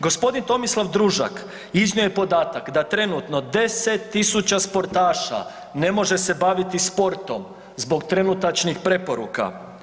Gospodin Tomislav Družak iznio je podatak da trenutno 10.000 sportaša ne može se baviti sportom zbog trenutačnih preporuka.